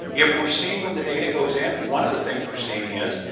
if we're seeing when the data goes in, one of the things we're seeing is,